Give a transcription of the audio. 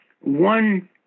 one